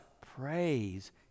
praise